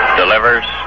delivers